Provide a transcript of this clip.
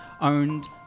owned